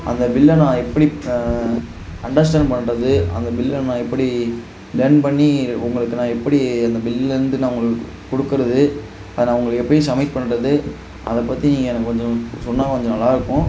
அந்த பில்லை நான் எப்படி அண்டர்ஸ்டாண்ட் பண்ணுறது அந்த பில்லை நான் எப்படி ரன் பண்ணி உங்களுக்கு நான் எப்படி அந்த பில்லருந்து நான் உங்களுக்கு கொடுக்கறது அதை நான் உங்களுக்கு எப்படி சம்மிட் பண்ணுறது அதைப் பற்றி நீங்கள் எனக்கு கொஞ்சம் சொன்னால் கொஞ்சம் நல்லா இருக்கும்